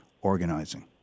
organizing